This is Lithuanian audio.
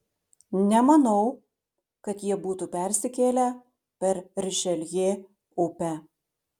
nemanau kad jie būtų persikėlę per rišeljė upę